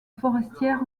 forestière